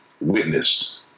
witnessed